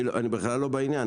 אני בכלל לא בעניין,